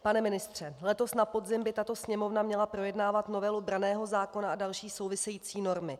Pane ministře, letos na podzim by tato Sněmovna měla projednávat novelu branného zákona a další související normy.